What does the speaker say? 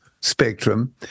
spectrum